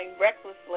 recklessly